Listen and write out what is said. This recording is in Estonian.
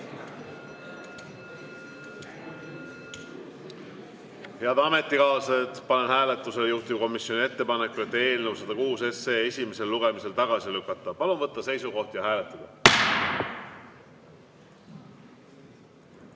Head ametikaaslased, panen hääletusele juhtivkomisjoni ettepaneku eelnõu 106 esimesel lugemisel tagasi lükata. Palun võtta seisukoht ja hääletada!